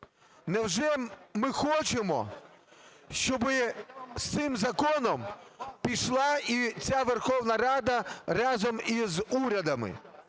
Невже ми хочемо, щоби з цим законом пішла і ця Верховна Рада, разом із урядами,